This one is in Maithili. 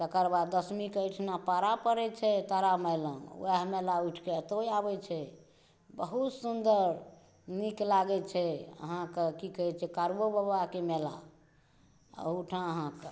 आ तकर बाद दशमीकेँ एहिठुना पाड़ा पड़ै छै तारामाइ लग वएह मेला उठिकऽ एतहुँ आबै छै बहुत सुन्दर नीक लागै छै अहाँके की कहै छै कारुओबाबाकेँ मेला एहुँठाम अहाँके